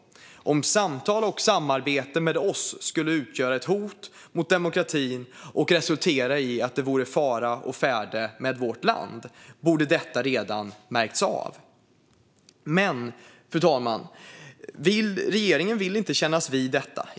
Om samtal och samarbete med oss skulle utgöra ett hot mot demokratin och resultera i att det vore fara å färde med vårt land borde detta redan ha märkts av. Men det, fru talman, vill regeringen inte kännas vid.